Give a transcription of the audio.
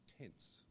tense